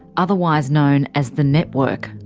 otherwise known as the network.